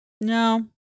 No